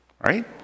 Right